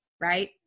right